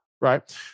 right